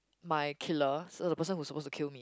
my killer so the person who's supposed to kill me